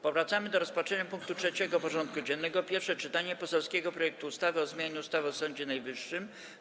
Powracamy do rozpatrzenia punktu 3. porządku dziennego: Pierwsze czytanie poselskiego projektu ustawy o zmianie ustawy o Sądzie Najwyższym.